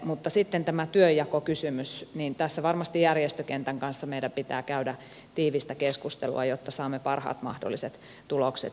mutta sitten tässä työnjakokysymyksessä varmasti järjestökentän kanssa meidän pitää käydä tiivistä keskustelua jotta saamme parhaat mahdolliset tulokset